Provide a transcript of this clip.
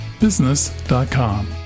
business.com